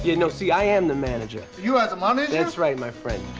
you know see, i am the manager. you are the manager? that's right, my friend.